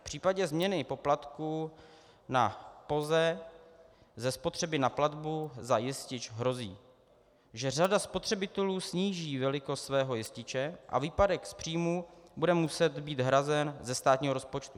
V případě změny poplatku na POZE ze spotřeby na platbu za jistič hrozí, že řada spotřebitelů sníží velikost svého jističe a výpadek z příjmů bude muset být hrazen ze státního rozpočtu.